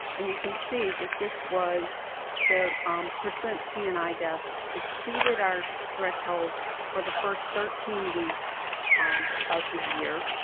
and you can see that this was the um percent p and i deaths exceeded our threshold for the first thirteen weeks um of the year,